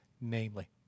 namely